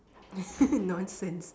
nonsense